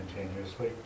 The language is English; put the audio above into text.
continuously